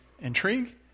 intrigue